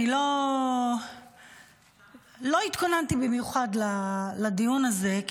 אני לא התכוננתי במיוחד לדיון הזה,